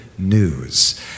News